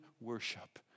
worship